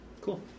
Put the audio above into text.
cool